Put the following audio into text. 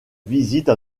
visite